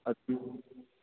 ꯑꯗꯨ